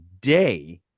day